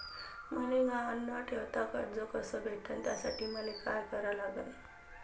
मले गहान न ठेवता कर्ज कस भेटन त्यासाठी मले का करा लागन?